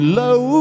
low